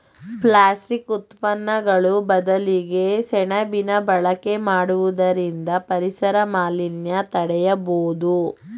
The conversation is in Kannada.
ಪ್ಲಾಸ್ಟಿಕ್ ಉತ್ಪನ್ನಗಳು ಬದಲಿಗೆ ಸೆಣಬಿನ ಬಳಕೆ ಮಾಡುವುದರಿಂದ ಪರಿಸರ ಮಾಲಿನ್ಯ ತಡೆಯಬೋದು